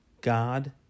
God